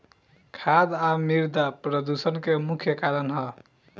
खाद आ मिरदा प्रदूषण के मुख्य कारण ह